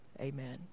Amen